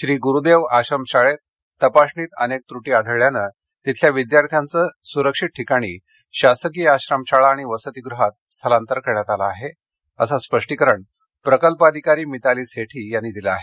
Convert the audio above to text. श्री गुरुदेव आश्रमशाळेत तपासणीत अनेक त्रटी आढळल्यान तिथल्या विद्यार्थ्यांचे सुरक्षित ठिकाणी शासकीय आश्रमशाळा आणि वसतिगृहात स्थलांतर करण्यात आले आहे असे स्पष्टीकरण प्रकल्प अधिकारी मिताली सेठी यांनी दिल आहे